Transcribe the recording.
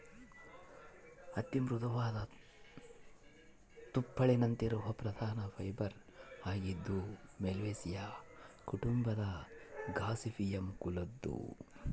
ಹತ್ತಿ ಮೃದುವಾದ ತುಪ್ಪುಳಿನಂತಿರುವ ಪ್ರಧಾನ ಫೈಬರ್ ಆಗಿದ್ದು ಮಾಲ್ವೇಸಿಯೇ ಕುಟುಂಬದ ಗಾಸಿಪಿಯಮ್ ಕುಲದ್ದು